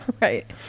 Right